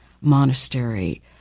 monastery